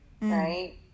right